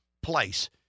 place